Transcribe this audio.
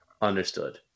Understood